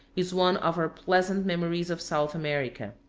is one of our pleasant memories of south america.